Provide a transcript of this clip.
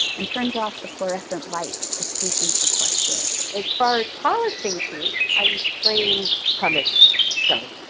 and turns off the fluorescent lights if patients request it as far as polishing teeth, i use plain pumice stone,